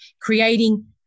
creating